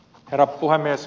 herra puhemies